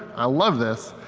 i love this,